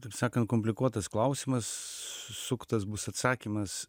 taip sakant komplikuotas klausimas suktas bus atsakymas